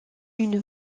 une